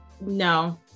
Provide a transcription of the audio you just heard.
no